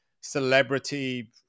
celebrity